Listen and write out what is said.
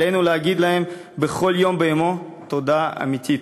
עלינו להגיד להם מדי יום ביומו תודה אמיתית.